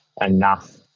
enough